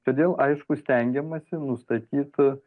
todėl aišku stengiamasi nustatyt